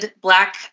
Black